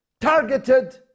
targeted